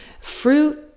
fruit